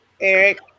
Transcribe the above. Eric